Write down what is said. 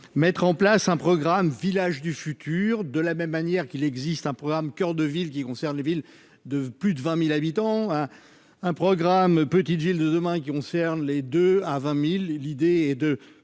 mettre en place un programme village du futur de la même manière qu'il existe un programme Coeur de ville, qui concerne les villes de plus de 20000 habitants à un programme Petites Villes de demain qui on serre les deux à 20000 l'idée est de